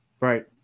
Right